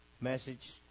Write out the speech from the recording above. message